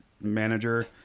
manager